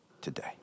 today